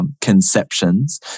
conceptions